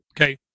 Okay